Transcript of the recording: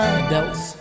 adults